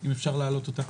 אם אפשר להעלות אותה,